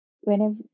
whenever